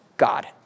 God